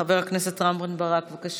חבר הכנסת רם בן ברק, בבקשה.